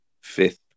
Fifth